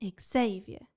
Xavier